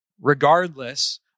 regardless